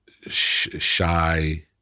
shy